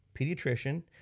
pediatrician